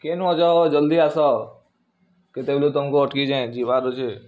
କେନୁ ଅଛ ହୋ ଜଲ୍ଦି ଆସ କେତେବେଲୁ ତମ୍କୁ ଅଟ୍କିଛେଁ ଯିବାର୍ ଅଛେ